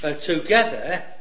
together